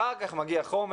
אחר כך מגיע חומר,